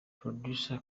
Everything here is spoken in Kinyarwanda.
producer